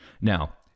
Now